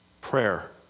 prayer